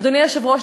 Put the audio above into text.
אדוני היושב-ראש,